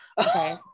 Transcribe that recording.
Okay